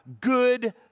good